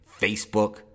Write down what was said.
Facebook